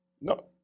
No